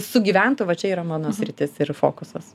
sugyventų va čia yra mano sritis ir fokusas